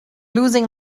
losing